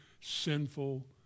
sinful